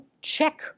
check